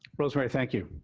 rosemary, thank you.